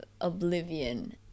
oblivion